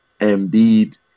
Embiid